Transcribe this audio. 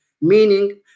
meaning